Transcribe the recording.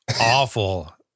awful